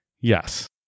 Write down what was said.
Yes